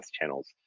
channels